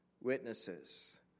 witnesses